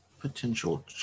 potential